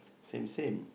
same same